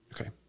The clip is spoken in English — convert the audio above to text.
Okay